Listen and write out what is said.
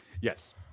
Yes